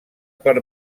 per